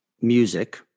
music